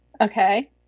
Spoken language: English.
Okay